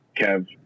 Kev